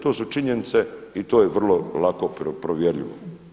To su činjenice i to je vrlo lako provjerljivo.